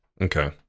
okay